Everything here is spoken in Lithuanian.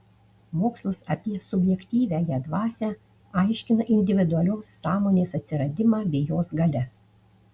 mokslas apie subjektyviąją dvasią aiškina individualios sąmonės atsiradimą bei jos galias